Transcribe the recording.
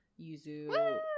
Yuzu